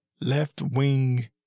left-wing